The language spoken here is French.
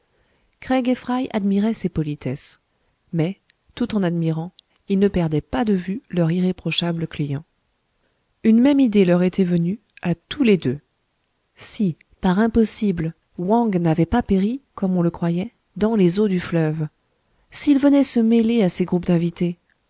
fry admiraient ces politesses mais tout en admirant ils ne perdaient pas de vue leur irréprochable client une même idée leur était venue à tous les deux si par impossible wang n'avait pas péri comme on le croyait dans les eaux du fleuve s'il venait se mêler à ces groupes d'invités